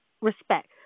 respect